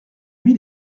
lui